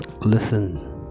listen